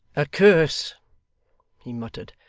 a curse he muttered,